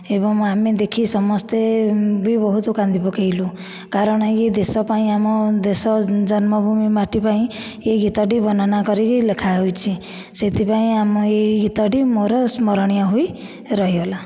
ଏବଂ ଆମେ ଦେଖି ସମସ୍ତେ ବି ବହୁତ କାନ୍ଦି ପକେଇଲୁ କାରଣ ଏ ଦେଶ ପାଇଁ ଆମ ଦେଶ ଜନ୍ମଭୂମି ମାଟି ପାଇଁ ଏହି ଗୀତଟି ବର୍ଣ୍ଣନା କରିକି ଲେଖା ହୋଇଛି ସେଥିପାଇଁ ଆମ ଏଇ ଗୀତଟି ମୋର ସ୍ମରଣୀୟ ହୋଇ ରହିଗଲା